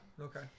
Okay